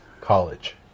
college